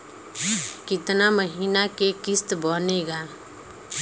कितना महीना के किस्त बनेगा?